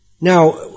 Now